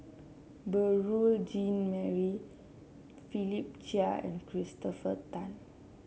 Beurel Jean Marie Philip Chia and Christopher Tan